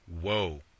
Whoa